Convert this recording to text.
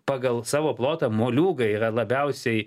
pagal savo plotą moliūgai yra labiausiai